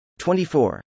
24